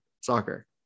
soccer